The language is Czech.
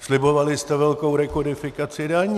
Slibovali jste velkou rekodifikaci daní.